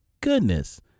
goodness